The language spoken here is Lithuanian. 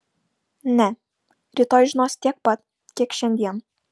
ne rytoj žinosi tiek pat kiek šiandien